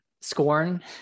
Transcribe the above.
Scorn